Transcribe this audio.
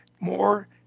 More